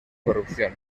corrupción